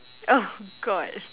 oh god